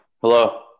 hello